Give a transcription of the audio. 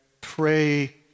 pray